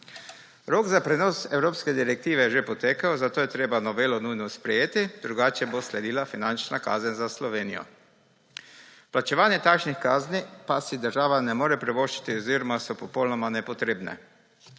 Rok za prenos evropske direktive je že potekel, zato je treba novelo nujno sprejeti, drugače bo sledila finančna kazen za Slovenijo. Plačevanj takšnih kazni pa si država ne more privoščiti oziroma so popolnoma nepotrebna.